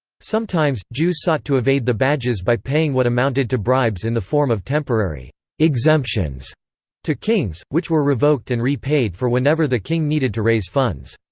sometimes, jews sought to evade the badges by paying what amounted to bribes in the form of temporary exemptions to kings, which were revoked and re-paid for whenever the king needed to raise funds.